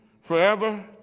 forever